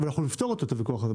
אנחנו בסוף נפתור את הוויכוח הזה.